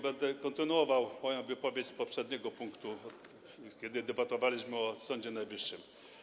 Będę kontynuował moją wypowiedź z poprzedniego punktu, kiedy debatowaliśmy o Sądzie Najwyższym.